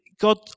God